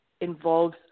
involves